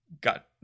got